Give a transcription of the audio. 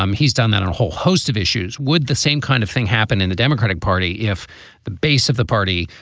um he's done that on a whole host of issues with the same kind of thing happened in the democratic party. if the base of the party,